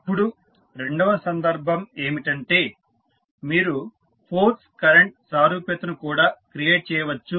ఇప్పుడు రెండవ సందర్భం ఏమిటంటే మీరు ఫోర్స్ కరెంట్ సారూప్యతను కూడా క్రియేట్ చేయవచ్చు